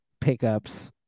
pickups